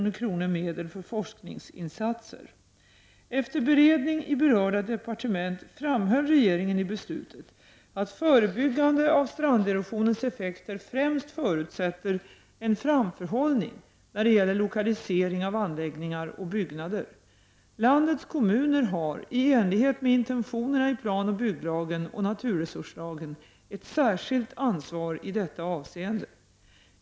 Efter beredning i berörda departement framhöll regeringen i beslutet att förebyggande av stranderosionens effekter främst förutsätter en framförhållning när det gäller lokalisering av anläggningar och byggnader. Landets kommuner har, i enlighet med intentionerna i planoch bygglagen och naturresurslagen, ett särskilt ansvar i detta avseende.